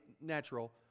natural